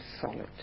solid